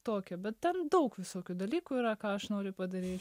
tokią bet dar daug visokių dalykų yra ką aš noriu padaryt